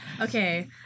okay